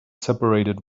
separated